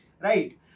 Right